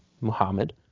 muhammad